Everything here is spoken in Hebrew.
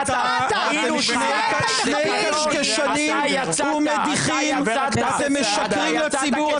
שני קשקשנים ומדיחים ומשקרים לציבור.